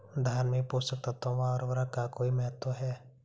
धान में पोषक तत्वों व उर्वरक का कोई महत्व है?